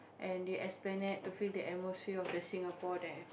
and the esplanade to feel the atmosphere of the Singapore there